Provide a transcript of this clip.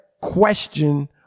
question